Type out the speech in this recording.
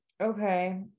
Okay